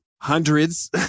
hundreds